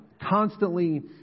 constantly